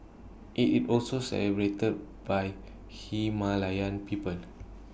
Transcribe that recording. IT it also celebrated by Himalayan peoples